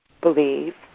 believe